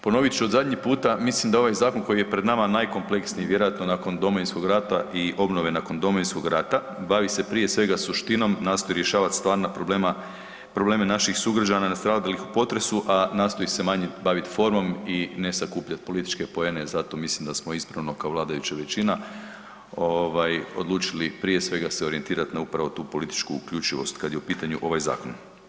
Ponovit ću od zadnji puta, mislim da ovaj zakon koji je pred nama najkompleksniji vjerojatno nakon Domovinskog rada i obnove nakon Domovinskog rata, bavi se prije svega suštinom, nastoji rješavat stvarna problema, probleme naših sugrađana nastradalih u potresu, a nastoji se manje baviti formom i ne sakupljati političke poene, zato mislim da smo ispravno kao vladajuća većina odlučili prije svega se orijentirati na upravo tu političku uključivost kada je u pitanju ovaj zakon.